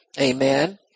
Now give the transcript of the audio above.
Amen